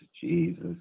Jesus